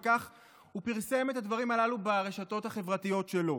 וכך הוא פרסם את הדברים הללו ברשתות החברתיות שלו: